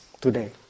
today